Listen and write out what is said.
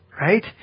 right